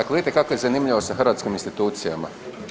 Dakle, vidite kako je zanimljivo sa hrvatskim institucijama.